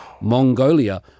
Mongolia